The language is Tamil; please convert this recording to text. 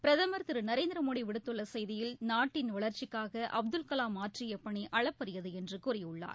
பிரதமா் திரு நரேந்திரமோடி விடுத்துள்ள செய்தியில் நாட்டின் வளா்ச்சிக்காக அப்துல்கலாம் ஆற்றிய பணி அளப்பறியது என்று கூறியுள்ளார்